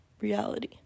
reality